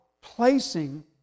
placing